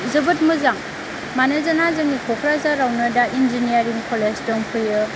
जोबोद मोजां मानोना जोंनि कक्राझारावनो दा इन्जिनियारिं कलेज दंफैयो